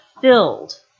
filled